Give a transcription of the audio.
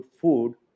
food